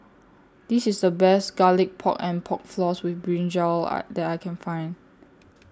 This IS The Best Garlic Pork and Pork Floss with Brinjal I that I Can Find